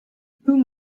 whom